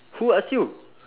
who ask you